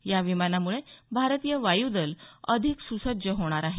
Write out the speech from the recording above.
या विमानामुळे भारतीय वायुदल अधिक सुसज्ज होणार आहे